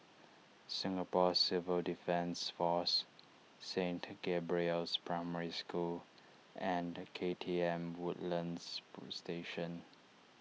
Singapore Civil Defence force Saint Gabriel's Primary School and K T M Woodlands Station